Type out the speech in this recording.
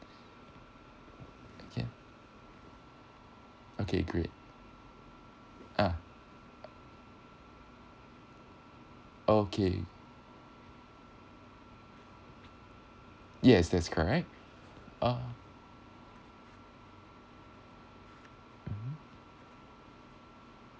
okay okay great ah okay yes that's correct oh mmhmm